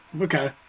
Okay